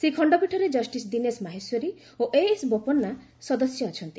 ସେହି ଖଣ୍ଡପୀଠରେ ଜଷ୍ଟିସ୍ ଦୀନେଶ ମାହେଶ୍ୱରୀ ଓ ଏଏସ୍ ବୋପନ୍ନା ସଦସ୍ୟ ଅଛନ୍ତି